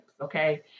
okay